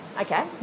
Okay